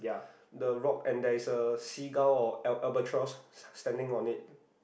the rock and there is a seagull or al~ albatross s~ standing on it